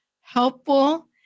helpful